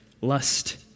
Lust